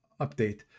update